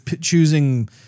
choosing